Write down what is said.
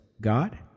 God